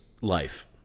life